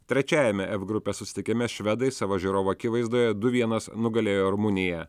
trečiajame f grupės susitikime švedai savo žiūrovų akivaizdoje du vienas nugalėjo rumuniją